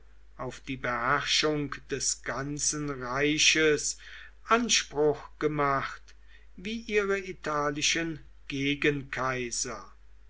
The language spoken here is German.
auf die beherrschung des ganzen reiches anspruch gemacht wie ihre italischen